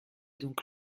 donc